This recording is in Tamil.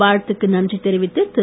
வாழ்த்துக்கு நன்றி தெரிவித்து திரு